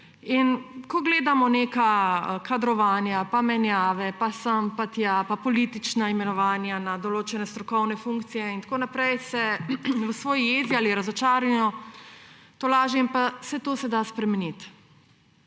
Ko gledamo neka kadrovanja, pa menjave, pa sem, pa tja, pa politična imenovanja na določene strokovne funkcije in tako naprej, se v svoji jezi ali razočaranju tolažim, da saj to se da spremeniti.